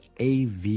AV